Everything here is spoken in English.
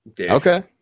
Okay